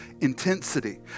intensity